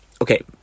Okay